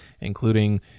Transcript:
including